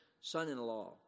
son-in-law